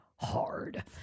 hard